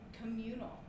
communal